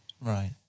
Right